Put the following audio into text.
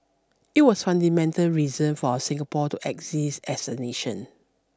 it was fundamental reason for our Singapore to exist as a nation